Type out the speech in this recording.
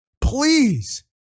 Please